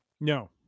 No